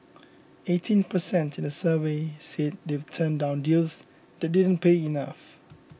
eighteen per cent in the survey said they've turned down deals that didn't pay enough